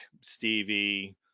Stevie